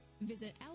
Visit